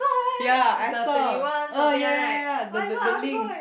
ya I saw oh ya ya ya the the link